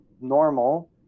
normal